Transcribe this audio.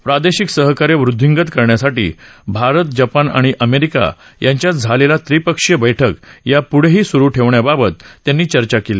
प्रादेशिक सहकार्य वृद्दीगत करण्यासाठी भारत जपान आणि अमेरिका यांच्यात झालेली त्रिपक्षीय बैठक यापुढेही सुरू ठेवण्याबाबत त्यांनी चर्चा केली